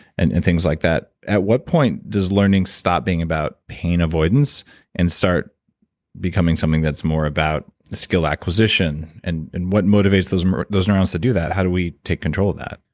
and and things like that. at what point does learning stop being about pain avoidance and start becoming something that's more about skill acquisition. and and what motivates those and those neurons to do that? how do we take control of that?